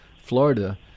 Florida